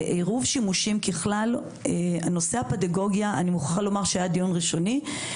עירוב שימושים ככלל על נושא הפדגוגיה היה דיון ראשוני.